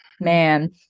man